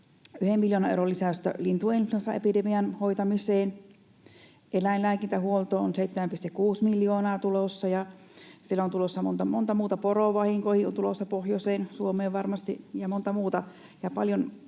miljoonan euron lisäys lintuinfluenssaepidemian hoitamiseen, eläinlääkintähuoltoon on tulossa 7,6 miljoonaa, ja on tulossa monta muuta. Porovahinkoihin on tulossa, varmasti pohjoiseen Suomeen, ja monta muuta.